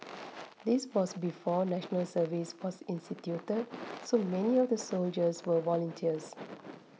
this was before National Service was instituted so many of the soldiers were volunteers